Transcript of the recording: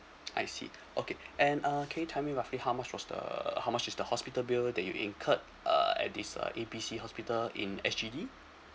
I see okay and uh can you tell me roughly how much was the how much is the hospital bill that you incurred uh at this uh A B C hospital in S_G_D